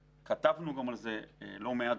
כתבנו על זה לא מעט.